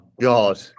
God